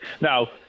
Now